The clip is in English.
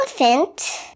Elephant